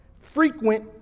frequent